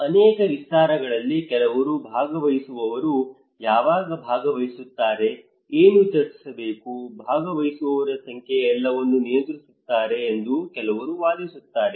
ಅನೇಕ ವಿಸ್ತಾರಗಳಲ್ಲಿ ಕೆಲವರು ಭಾಗವಹಿಸುವವರು ಯಾವಾಗ ಭಾಗವಹಿಸುತ್ತಾರೆ ಏನು ಚರ್ಚಿಸಬೇಕು ಭಾಗವಹಿಸುವವರ ಸಂಖ್ಯೆ ಎಲ್ಲವನ್ನೂ ನಿಯಂತ್ರಿಸುತ್ತಾರೆ ಎಂದು ಕೆಲವರು ವಾದಿಸುತ್ತಾರೆ